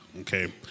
okay